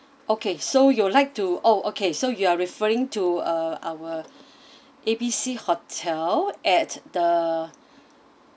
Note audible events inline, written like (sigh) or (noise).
okay so you'd like to oh okay so you are referring to uh our (breath) A B C hotel at the (breath)